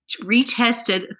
retested